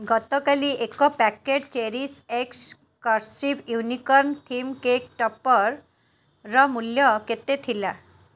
ଗତକାଲି ଏକ packet cherries ଏକ୍ସ୍ କର୍ସିଭ୍ ୟୁନିକର୍ଣ୍ଣ୍ ଥିମ୍ କେକ୍ ଟପ୍ପର୍ର ମୂଲ୍ୟ କେତେ ଥିଲା